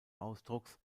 ausdrucks